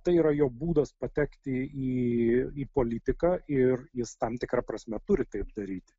tai yra jo būdas patekti į į politiką ir jis tam tikra prasme turi taip daryti